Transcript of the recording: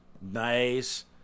Nice